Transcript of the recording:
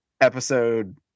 episode